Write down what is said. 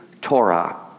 Torah